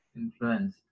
influence